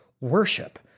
worship